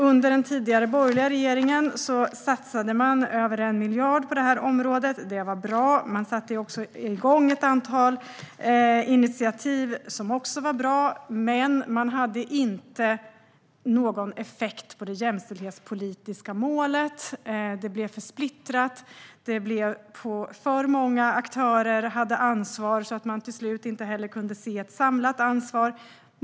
Under den tidigare borgerliga regeringen satsade man över 1 miljard på detta område. Det var bra. Man tog ett antal initiativ som också var bra. Men det hade inte någon effekt i fråga om det jämställdhetspolitiska målet. Det blev för splittrat. Det blev för många aktörer som hade ansvar. Till slut kunde man inte se ett samlat ansvar.